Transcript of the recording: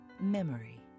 Memory